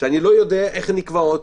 שאיני יודע איך הן נקבעות.